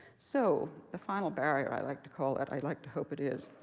so the final barrier i like to call it i'd like to hope it is.